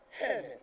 heaven